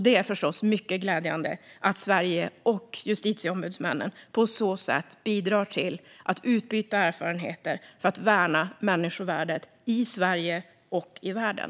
Det är förstås mycket glädjande att Sverige och justitieombudsmännen på så sätt bidrar till ett utbyte av erfarenheter för att värna människovärdet i Sverige och världen.